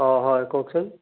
অঁ হয় কওকচোন